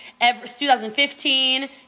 2015